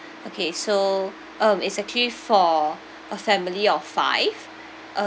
okay so um is actually for a family of five